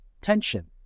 Tension